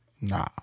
Nah